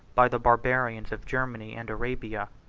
by the barbarians of germany and arabia.